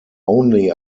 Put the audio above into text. only